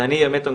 אז אני אונקולוג,